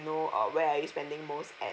know uh where are you spending most at